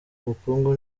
ubukungu